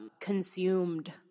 consumed